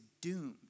doomed